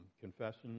Confession